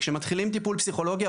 כשמתחילים טיפול פסיכולוגי,